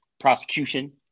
Prosecution